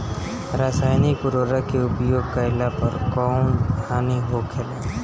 रसायनिक उर्वरक के उपयोग कइला पर कउन हानि होखेला?